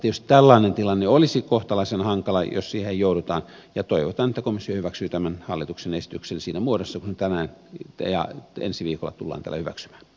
tietysti tällainen tilanne olisi kohtalaisen hankala jos siihen jouduttaisiin ja toivotaan että komissio hyväksyy tämän hallituksen esityksen siinä muodossa missä se ensi viikolla tullaan täällä hyväksymään